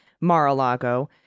Mar-a-Lago